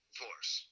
force